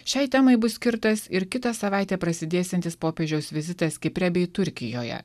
šiai temai bus skirtas ir kitą savaitę prasidėsiantis popiežiaus vizitas kipre bei turkijoje